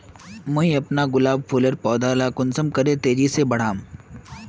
मुई अपना गुलाब फूलेर पौधा ला कुंसम करे तेजी से बढ़ाम?